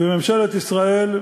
ממשלת ישראל,